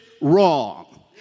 wrong